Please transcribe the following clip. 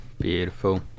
Beautiful